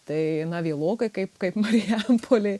tai na vėlokai kaip kaip marijampolė